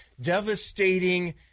devastating